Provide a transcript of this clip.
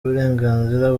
uburenganzira